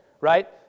right